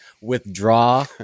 withdraw